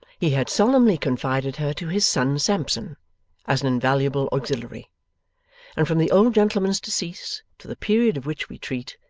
he had solemnly confided her to his son sampson as an invaluable auxiliary and from the old gentleman's decease to the period of which we treat,